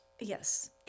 Yes